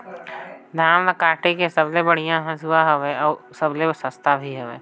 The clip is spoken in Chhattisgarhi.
धान ल काटे के सबले बढ़िया हंसुवा हवये? अउ सबले सस्ता भी हवे?